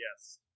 Yes